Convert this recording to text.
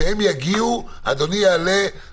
כי אני רוצה לשמוע דעות נוספות.